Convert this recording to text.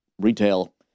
retail